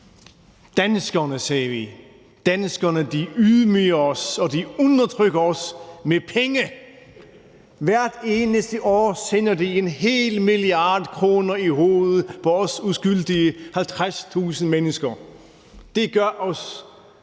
Danskerne, sagde vi, ydmyger os og undertrykker os med penge! Hvert eneste år sender de en hel milliard kroner i hovedet på os uskyldige 50.000 mennesker. Det gør os